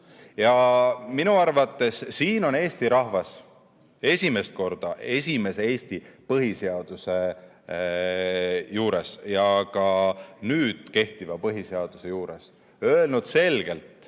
Minu arvates siin on Eesti rahvas – esimest korda esimese Eesti põhiseaduse juures ja ka nüüd kehtiva põhiseaduse juures – öelnud selgelt